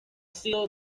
sido